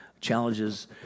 challenges